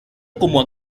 como